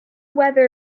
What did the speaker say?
weather